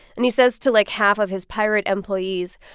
and he says to, like, half of his pirate employees,